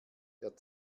der